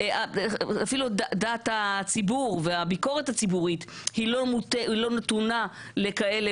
אפילו דעת הציבור והביקורת הציבורית לא נתונה לכאלה